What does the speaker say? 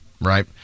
right